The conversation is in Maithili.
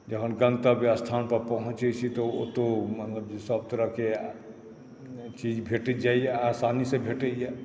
जहन गन्तव्य स्थानपर पहुँचै छी तऽ ओतौ सब तरहके चीज भेटैए आसानीसँ भेटैए